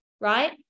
right